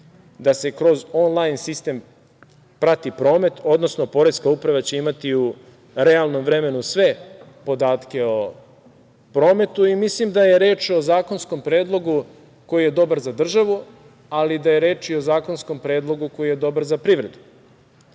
da se kroz onlajn sistem prati promet, odnosno Poreska uprava će imati u realnom vremenu sve podatke o prometu i mislim da je reč o zakonskom predlogu koji je dobar za državu, ali da je reč i o zakonskom predlogu koji je dobar za privredu,